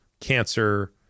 cancer